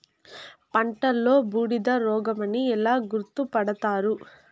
పంటలో బూడిద రోగమని ఎలా గుర్తుపడతారు?